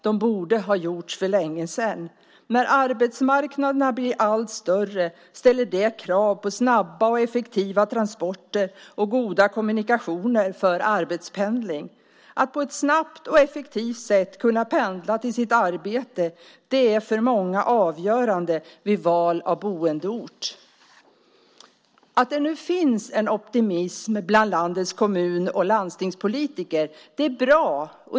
De borde ha gjorts för länge sedan. När arbetsmarknaderna blir allt större ställer det krav på snabba och effektiva transporter och goda kommunikationer för arbetspendling. Att på ett snabbt och effektivt sätt kunna pendla till sitt arbete är för många avgörande vid val av boendeort. Att det nu finns optimism bland landets kommun och landstingspolitiker är bra.